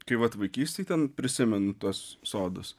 kai vat vaikystėj ten prisimenu tuos sodus